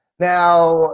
Now